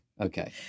Okay